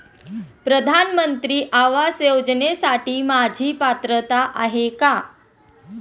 प्रधानमंत्री आवास योजनेसाठी माझी पात्रता आहे का?